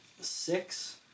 six